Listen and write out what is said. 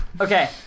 Okay